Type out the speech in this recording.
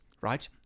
Right